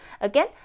Again